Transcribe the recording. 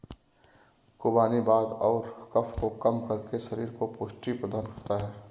खुबानी वात और कफ को कम करके शरीर को पुष्टि प्रदान करता है